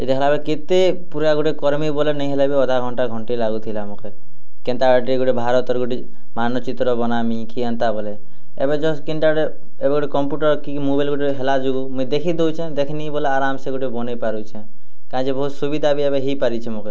ସେ ଦେଖ୍ଲା ବେଲେ କେତେ ପୁରା ଗୋଟେ କର୍ମି ବୋଲେ ନେଇଁ ହେଲେ ବି ଅଧା ଘଣ୍ଟା ଘଣ୍ଟେ ଲାଗୁଥିଲା ମକେ କେନ୍ତା ଏଠି ଗୋଟେ ଭାରତ୍ର ଗୋଟେ ମାନଚିତ୍ର ବନାମି କି ହେନ୍ତା ବୋଲେ ଏବେ ଜଷ୍ଟ୍ କେନ୍ଟା ଗୋଟେ ଏବେ ଗୋଟେ କମ୍ପୁଟର୍ କି ମୋବାଇଲ୍ ଗୋଟେ ହେଲା ଯୋଗୁ ମୁଇଁ ଦେଖି ଦୋଉଛେଁ ଦେଖ୍ନି ବୋଲେ ଆରାମ୍ସେ ଗୋଟେ ବନେଇ ପାରୁଛେଁ କାଁ ଯେ ବହୁତ୍ ସୁବିଧା ବି ଏବେ ହେଇ ପାରିଛେ ମୋକେ